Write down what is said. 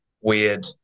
weird